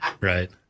right